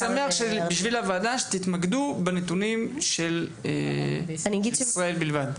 אז הייתי שמח בשביל הוועדה שתתמקדו בנתונים של ישראל בלבד.